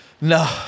No